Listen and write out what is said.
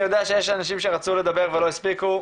אני יודע שיש אנשים שרצו לדבר ולא הספיקו,